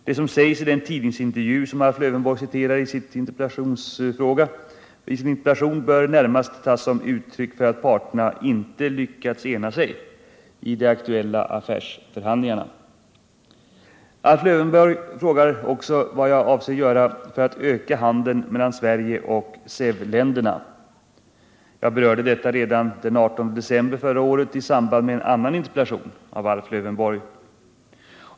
Det som sägs i den tidningsintervju som Alf Lövenborg citerar i sin interpellation bör närmast tas som uttryck för att parterna inte lyckats ena sig i de aktuella affärsförhandlingarna. Alf Lövenborg frågar också vad jag avser att göra för att öka handeln mellan Sverige och SEV-länderna. Jag berörde detta redan den 18 december förra året i samband med en annan interpellation av Alf Lövenborg.